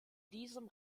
diesem